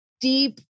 deep